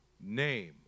name